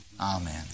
Amen